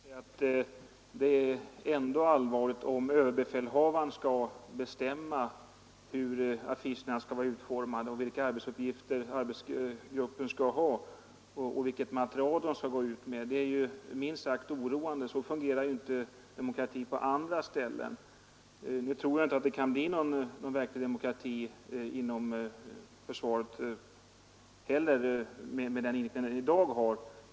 Herr talman! Det är ändå allvarligt om överbefälhavaren skall bestämma hur affischerna skall vara utformade och vilka arbetsuppgifter arbetsgruppen skall ha och vilket material den skall gå ut med. Det är minst sagt oroande. Så fungerar inte demokratin på andra ställen. Nu tror jag inte det kan bli någon verklig demokrati inom försvaret heller, med den inställning man i dag har.